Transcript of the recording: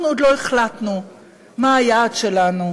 אנחנו עוד לא החלטנו מה היעד שלנו,